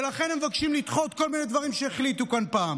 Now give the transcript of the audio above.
ולכן הם מבקשים לדחות כל מיני דברים שהחליטו כאן פעם.